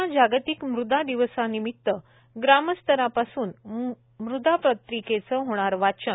उद्या जागतिक मृदा दिवसानिमित ग्रामस्तरापासून मृदापत्रिकेचे होणार वाचन